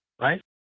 right